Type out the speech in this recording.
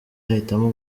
ahitamo